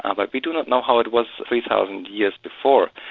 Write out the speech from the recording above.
and like we do not know how it was three thousand years before.